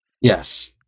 Yes